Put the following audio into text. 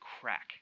crack